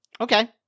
Okay